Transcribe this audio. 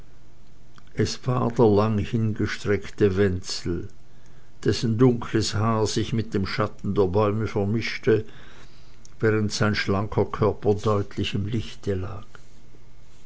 es war der langhingestreckte wenzel dessen dunkles haar sich mit dem schatten der bäume vermischte während sein schlanker körper deutlich im lichte lag